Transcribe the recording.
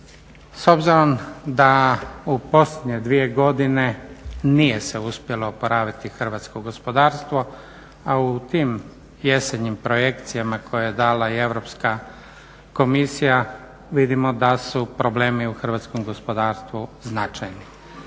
S obzirom da u posljednje dvije godine nije se uspjelo oporaviti hrvatsko gospodarstvo a u tim jesenjim projekcijama koje je dala i Europska komisija vidimo da su problemi u hrvatskom gospodarstvu značajni.